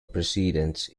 precedents